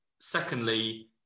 secondly